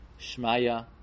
Shmaya